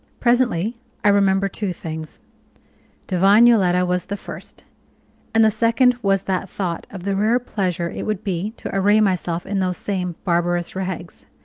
presently i remembered two things divine yoletta was the first and the second was that thought of the rare pleasure it would be to array myself in those same barbarous rags,